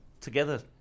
together